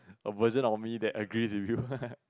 a version of me that agree with you